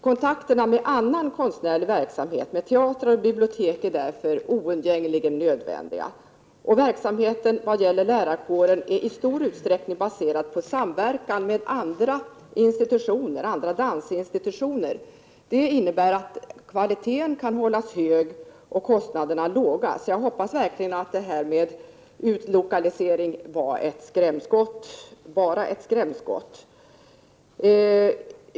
Kontakterna med annan konstnärlig verksamhet, t.ex. teater och bibliotek, är därför oundgängligen nödvändig. Verksamheten i lärarkåren är i stor utsträckning baserad på samverkan med andra dansinstitutioner. Det innebär att kvaliteten kan hållas hög och kostnaderna låga. Jag hoppas därför verkligen att detta med utlokaliseringen bara var ett skrämskott.